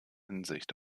hinsicht